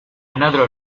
another